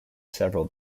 several